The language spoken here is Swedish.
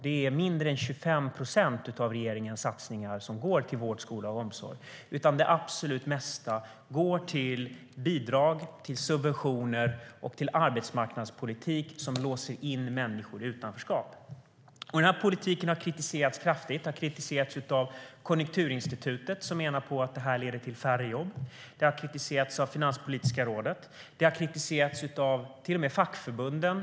Det är mindre än 25 procent av regeringens satsningar som går till vård, skola och omsorg. Det absolut mesta går till bidrag, subventioner och en arbetsmarknadspolitik som låser in människor i utanförskap. Denna politik har kritiserats kraftigt av Konjunkturinstitutet, som menar att detta leder till färre jobb. Den har kritiserats av Finanspolitiska rådet. Den har till och med kritiserats av fackförbunden.